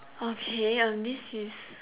okay um this is